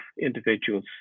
individuals